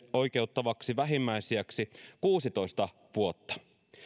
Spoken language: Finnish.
oikeuttavaksi vähimmäisiäksi kuusitoista vuotta